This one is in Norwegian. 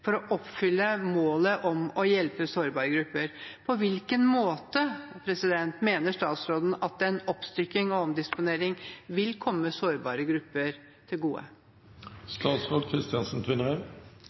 for å oppfylle målet om å hjelpe sårbare grupper. På hvilken måte mener statsråden at en oppstykking og omdisponering vil komme sårbare grupper til gode?